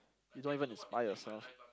you don't even inspire yourself